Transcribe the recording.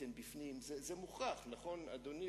על המקום.